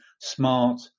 smart